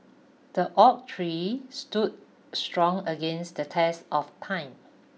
the oak tree stood strong against the test of time